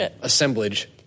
assemblage